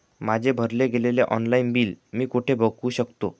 माझे भरले गेलेले ऑनलाईन बिल मी कुठे बघू शकतो?